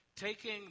Taking